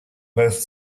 both